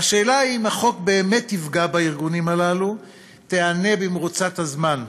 והשאלה אם החוק באמת יפגע בארגונים הללו תיענה במרוצת הזמן,